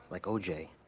like o j.